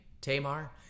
Tamar